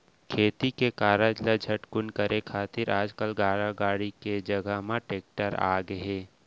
खेती के कारज ल झटकुन करे खातिर आज गाड़ा गाड़ी के जघा म टेक्टर आ गए हे